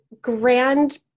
grand